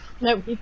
No